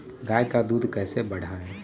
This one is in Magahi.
गाय का दूध कैसे बढ़ाये?